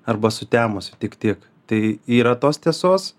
arba sutemus tik tiek tai yra tos tiesos